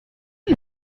die